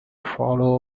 follow